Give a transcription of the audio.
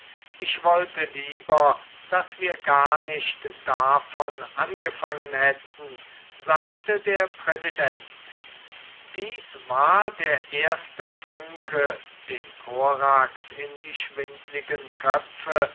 ich wollte lieber daß wir gar nicht davon angefangen hätten sagte der präsident dies war der erste funke den korax in die schwindlichten köpfe